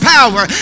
power